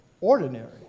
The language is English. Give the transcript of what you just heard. Ordinary